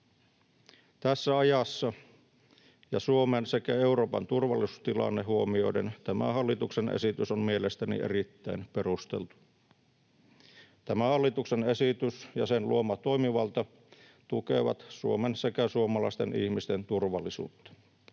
Tässä ajassa ja Suomen sekä Euroopan turvallisuustilanne huomioiden tämä hallituksen esitys on mielestäni erittäin perusteltu. Tämä hallituksen esitys ja sen luoma toimivalta tukevat Suomen sekä suomalaisten ihmisten turvallisuutta.